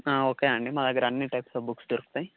okay అండి మా దగ్గర అన్ని టైప్స్ ఆఫ్ బుక్స్ దొరుకుతాయి